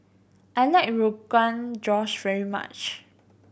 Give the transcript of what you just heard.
I like Rogan Josh very much